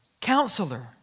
Counselor